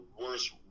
worst